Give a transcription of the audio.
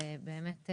ובאמת,